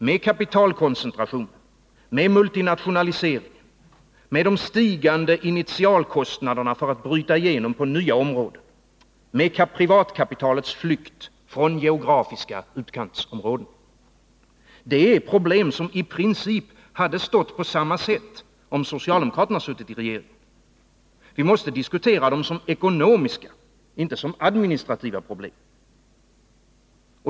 Med kapitalkoncentrationen, med multinationaliseringen, med de stigande initialkostnaderna för att bryta igenom på nya områden, med privatkapitalets flykt från geografiska utkantsområden. Det är problem som i princip hade stått på samma sätt, om socialdemokraterna suttit i regeringen. Vi måste diskutera dem som ekonomiska, inte som administrativa problem.